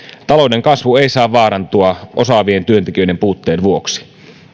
talouden kasvu ei saa vaarantua osaavien työntekijöiden puutteen vuoksi